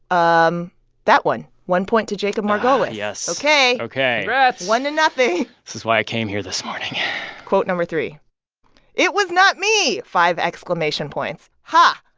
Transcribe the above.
um that one one point to jacob margolis yes ok ok congrats yeah one to nothing this is why i came here this morning quote number three it was not me five exclamation points. ha.